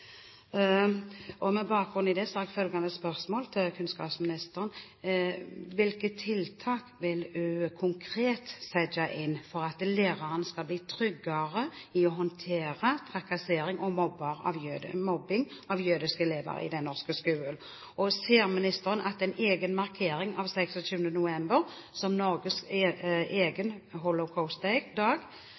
Med bakgrunn i det har jeg følgende spørsmål til kunnskapsministeren: Hvilke tiltak vil hun konkret sette inn for at lærerne skal bli tryggere i å håndtere trakassering og mobbing av jødiske elever i den norske skolen? Og ser ministeren at en egen markering av 26. november som Norges egen